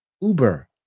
Uber